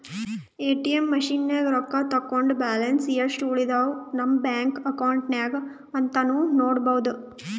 ATM ಮಷಿನ್ದಾಗ್ ರೊಕ್ಕ ತಕ್ಕೊಂಡ್ ಬ್ಯಾಲೆನ್ಸ್ ಯೆಸ್ಟ್ ಉಳದವ್ ನಮ್ ಬ್ಯಾಂಕ್ ಅಕೌಂಟ್ದಾಗ್ ಅಂತಾನೂ ನೋಡ್ಬಹುದ್